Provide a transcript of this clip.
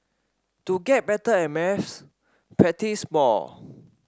to get better at maths practise more